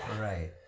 Right